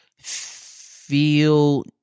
feel